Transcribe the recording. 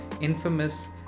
infamous